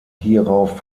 hierauf